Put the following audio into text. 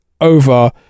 over